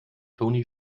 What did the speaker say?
toni